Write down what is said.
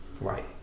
Right